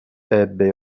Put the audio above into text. ebbe